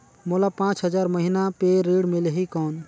मोला पांच हजार महीना पे ऋण मिलही कौन?